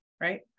right